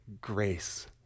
Grace